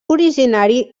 originari